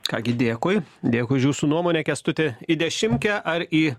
ką gi dėkui dėkui už jūsų nuomonę kęstuti į dešimkę ar į